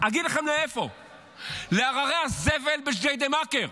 אגיד לכם לאיפה, להררי הזבל בג'דיידה-מכר.